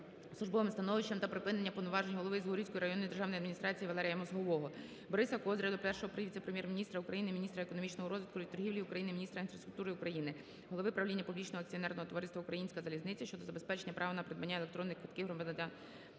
службовим становищем та припинення повноважень Голови Згурівської районної державної адміністрації Валерія Мозгового. Бориса Козиря до Першого віце-прем'єр-міністра України - Міністра економічного розвитку і торгівлі України, Міністра інфраструктури України, голови правління публічного акціонерного товариства "Українська залізниця" щодо забезпечення права на придбання електронних квитків громадянам